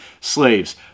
slaves